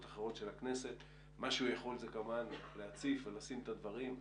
אחרות של הכנסת יכול להציף ולשים את הדברים,